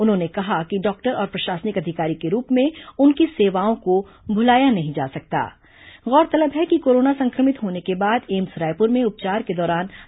उन्होंने कहा कि डॉक्टर और प्रशासनिक अधिकारी के रूप में उनकी सेवाओं को भुलाया गौरतलब है कि कोरोना संक्रमित होने के बाद एम्स रायपुर में उपचार के दौरान नहीं जा सकता